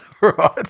Right